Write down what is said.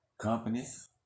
Companies